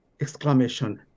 exclamation